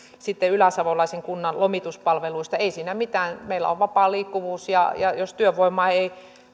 sitten yläsavolaisen kunnan lomituspalveluista ei siinä mitään meillä on vapaa liikkuvuus ja jos työvoimaa ei